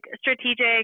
strategic